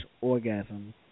orgasm